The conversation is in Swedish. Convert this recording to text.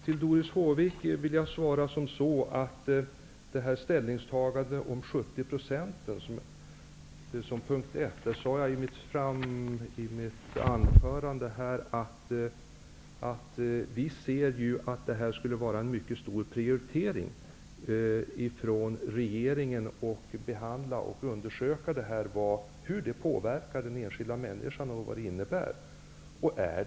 Till Doris Håvik vill jag svara att när det gäller ställningstagandet om 70 % anser vi att det skulle vara en mycket stor prioritering ifrån regeringen att undersöka hur detta påverkar den enskilda människan och vad det innebär.